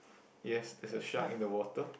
yes there's a shark in the water